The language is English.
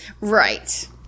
Right